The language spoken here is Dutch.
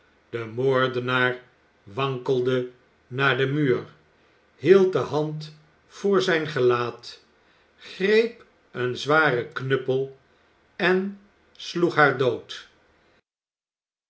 de moordenaar wankelde naar den muur hield de hand voor zijn gelaat greep een zwaren knuppel en sloeg haar dood